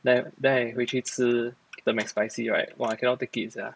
then then I 回去吃 the Mcspicy right !wah! I cannot take it sia